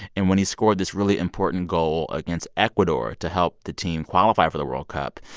and when he scored this really important goal against ecuador to help the team qualify for the world cup,